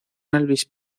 elvis